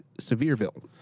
Sevierville